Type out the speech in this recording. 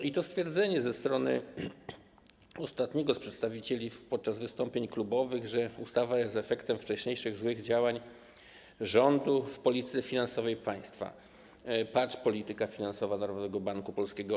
I to stwierdzenie ze strony ostatniego z przedstawicieli podczas wystąpień klubowych, że ustawa jest efektem wcześniejszych złych działań rządu w zakresie polityki finansowej państwa, patrz: polityka finansowa Narodowego Banku Polskiego.